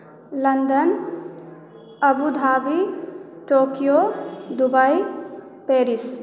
London Abu Dhabi Tokyo Dubai Paris